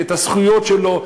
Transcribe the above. את הזכויות שלו.